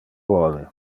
vole